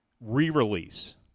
re-release